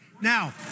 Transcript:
Now